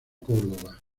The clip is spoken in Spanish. córdoba